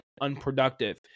unproductive